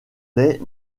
les